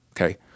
Okay